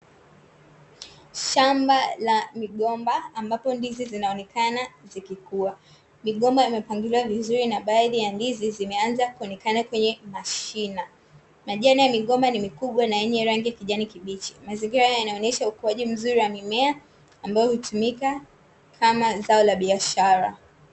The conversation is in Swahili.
Shamba la migomba ambapo ndizi zinaonekana zikikua, migomba imepangiliwa vizuri na baadhi ya ndizi zimeanza kuonekana kwenye mashina, majani ya migomba ni mikubwa na yenye rangi ya kijani kibichi. Mazingira haya yanaonesha ukuaji mzuri wa mimea ambayo hutumika kama zao la biashara.